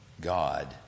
God